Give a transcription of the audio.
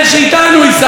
לא איתכם,